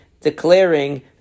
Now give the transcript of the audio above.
declaring